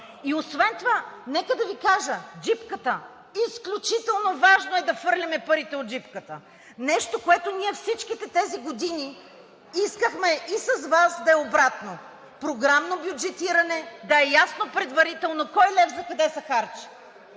и освен това, нека да Ви кажа: джипката. Изключително важно е да хвърляме парите от джипката! Нещо, което ние всичките тези години искахме и с Вас да е обратно: програмно бюджетиране, да е ясно предварително кой лев за къде се харчи!